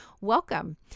Welcome